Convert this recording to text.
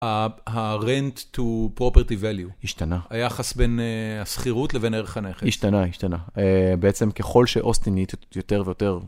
ה-Rent to Property Value, השתנה, היחס בין הסחירות לבין ערך הנכס. השתנה, השתנה. בעצם ככל שאוסטינית יותר ויותר.